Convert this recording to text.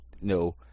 no